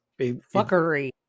Fuckery